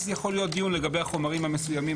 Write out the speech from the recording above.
אז יכול להיות דיון לגבי החומרים המסוימים